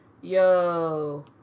Yo